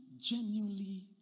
genuinely